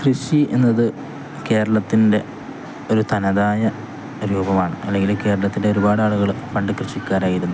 കൃഷി എന്നതു കേരളത്തിൻ്റെ ഒരു തനതായ രൂപമാണ് അല്ലെങ്കില് കേരളത്തിൻ്റെ ഒരുപാട് ആളുകള് പണ്ടു കൃഷിക്കാരായിരുന്നു